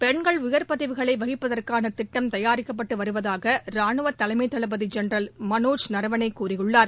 பெண்கள் உயர்பதவிகளை வகிப்பதற்கான திட்டம் தயாரிக்கப்பட்டு வருவதாக ரானுவ தலைமை தளபதி ஜெனரல் மனோஜ் நரவணே கூறியுள்ளார்